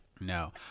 no